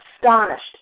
astonished